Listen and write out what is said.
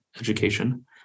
education